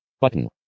Button